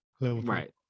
Right